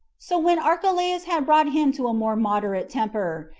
so when archelaus had brought him to a more moderate temper,